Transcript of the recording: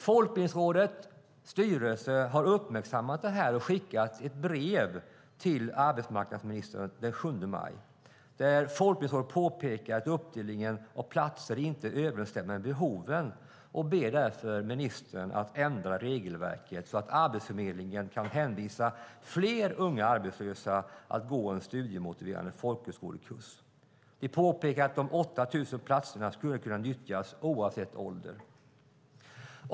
Folkbildningsrådets styrelse har uppmärksammat det och skickat ett brev till arbetsmarknadsministern den 7 maj där de påpekar att uppdelningen av platser inte överensstämmer med behoven och ber därför ministern att ändra regelverket så att Arbetsförmedlingen kan hänvisa fler unga arbetslösa att gå en studiemotiverande folkhögskolekurs. De påpekar att de 8 000 platserna skulle kunna nyttjas oavsett ålder.